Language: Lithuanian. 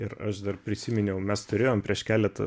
ir aš dar prisiminiau mes turėjom prieš keletą